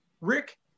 Rick